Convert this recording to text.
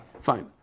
fine